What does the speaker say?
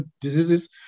diseases